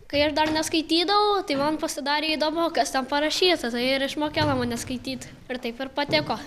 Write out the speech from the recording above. kai aš dar neskaitydavau tai man pasidarė įdomu kas ten parašyta tai ir išmokino mane skaityt ir taip ir patiko